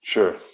Sure